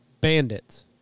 Bandits